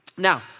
Now